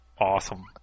Awesome